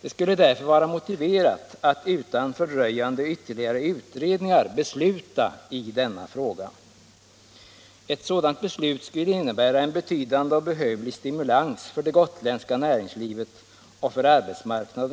Det skulle därför vara motiverat att utan fördröjande ytterligare utredningar besluta i denna fråga. Ett sådant beslut skulle innebära en betydande och behövlig stimulans för det gotländska näringslivet och för Gotlands arbetsmarknad.